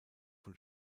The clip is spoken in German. von